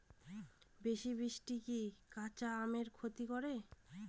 বেশি বৃষ্টি কি কাঁচা আমের ক্ষতি করে?